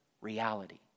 reality